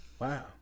wow